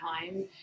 time